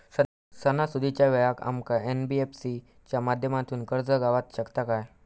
सणासुदीच्या वेळा आमका एन.बी.एफ.सी च्या माध्यमातून कर्ज गावात शकता काय?